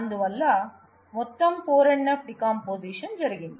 అందువల్ల మొత్తం 4NF decomposition జరిగింది